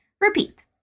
Repeat